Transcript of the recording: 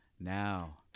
now